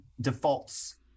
defaults